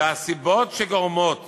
הסיבות שגורמות